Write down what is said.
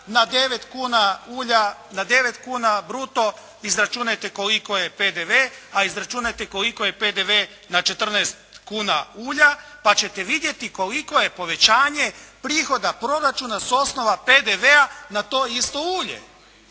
na 9 kuna bruto izračunajte koliko je PDV, a izračunajte koliko je PDV na 14 kuna ulja, pa ćete vidjeti koliko je povećanje prihoda proračuna s osnova PDV-a na to isto ulje.